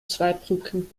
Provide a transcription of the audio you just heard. zweibrücken